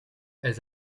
elles